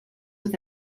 with